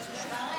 אז תברך.